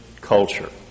culture